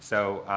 so,